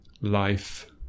life